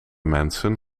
mensen